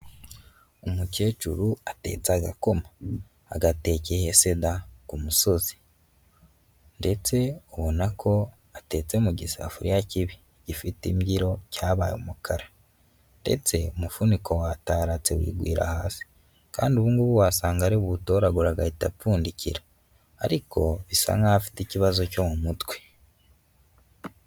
Umukecuru atetse agakoma, agatekeye he se da, ku musozi, ndetse ubona ko atetse mu gisafuriya kibi, gifite imbyiro, cyabaye umukara, ndetse umufuniko wataratse wigwira hasi, kandi ubungubu wasanga ari buwutoragure agahita apfundikira, ariko bisa nkaho afite ikibazo cyo mu mutwe.